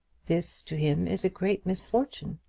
this to him is a great misfortune.